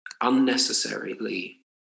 unnecessarily